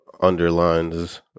underlines